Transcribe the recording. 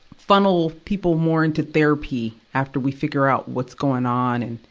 funnel people more into therapy after we figure out what's going on and,